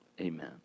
Amen